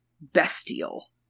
bestial